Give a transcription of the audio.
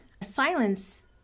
silence